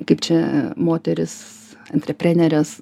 kaip čia moterys antreprenerės